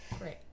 great